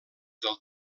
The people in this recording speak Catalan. del